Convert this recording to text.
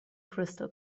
crystal